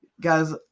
Guys